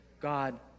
God